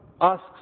asks